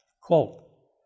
quote